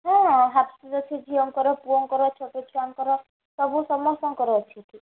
ହଁ ହଁ ହାପ୍ସୁ ଯଛି ଝିଅଙ୍କର ପୁଅଙ୍କର ଛୋଟ ଛୁଆଙ୍କର ସବୁ ସମସ୍ତଙ୍କର ଅଛି ଏଠି